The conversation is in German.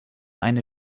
eine